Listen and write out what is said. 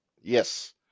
Yes